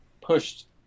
pushed